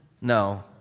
No